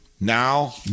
Now